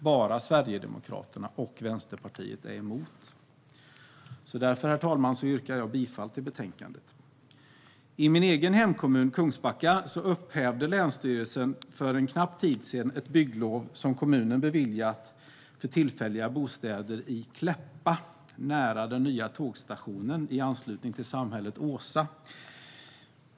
Bara Sverigedemokraterna och Vänsterpartiet är emot. Därför, herr talman, yrkar jag bifall till förslaget i betänkandet. I min egen hemkommun, Kungsbacka, upphävde länsstyrelsen för en kort tid sedan ett bygglov som kommunen beviljat för tillfälliga bostäder i Kläppa, nära den nya tågstationen i anslutning till samhället Åsa.